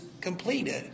completed